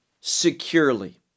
securely